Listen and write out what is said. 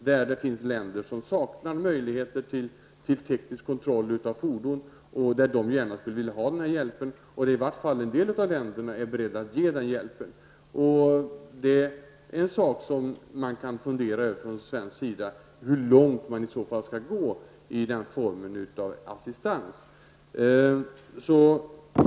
Längs denna finns länder som saknar möjligheter till teknisk kontroll av fordon och som gärna skulle vilja ha hjälp med denna. I varje fall en del länder är beredda att ge den hjälpen. Man kan också från svensk sida fundera över hur långt man skall gå i den formen av assistens.